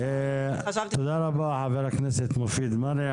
תודה רבה לחבר הכנסת מופיד מרעי.